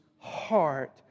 heart